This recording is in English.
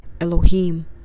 Elohim